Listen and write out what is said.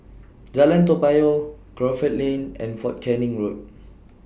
Jalan Toa Payoh Crawford Lane and Fort Canning Road